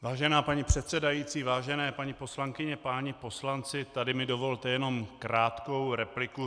Vážená paní předsedající, vážené paní poslankyně, páni poslanci, tady mi dovolte jenom krátkou repliku.